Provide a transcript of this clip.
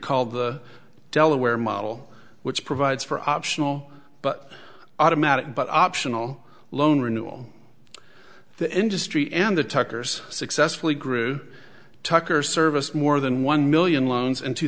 called the delaware model which provides for optional but automatic but optional loan renewal the industry and the tuckers successfully grew tucker service more than one million loans in two